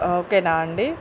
ఓకేనా అండి